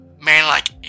man-like